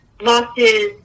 losses